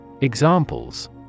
Examples